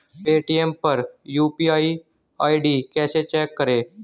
Paytm पर UPI ID कैसे check करें?